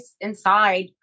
inside